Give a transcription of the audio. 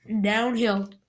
downhill